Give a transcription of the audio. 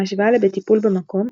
ההשוואה ל"בטיפול" במקום,